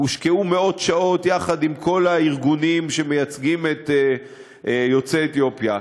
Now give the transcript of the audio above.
הושקעו מאות שעות יחד עם כל הארגונים שמייצגים את יוצאי אתיופיה.